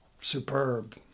superb